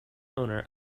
owner